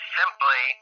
simply